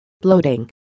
Bloating